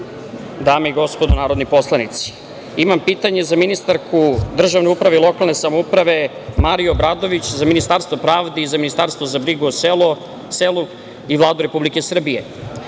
dame i gospodo narodni poslanici, imam pitanje za ministarku državne uprave i lokalne samouprave Mariju Obradović za Ministarstvo pravde i za Ministarstvo za brigu o selu i Vladu Republike Srbije. Građani